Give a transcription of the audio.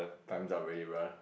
time's up already brother